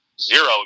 zero